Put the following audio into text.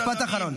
משפט אחרון.